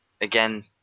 Again